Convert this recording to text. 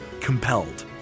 Compelled